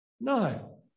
No